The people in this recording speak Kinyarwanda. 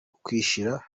ukwishyira